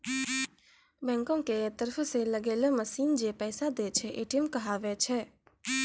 बैंको के तरफो से लगैलो मशीन जै पैसा दै छै, ए.टी.एम कहाबै छै